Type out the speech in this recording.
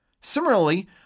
Similarly